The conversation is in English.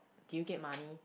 do you get money